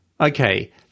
Okay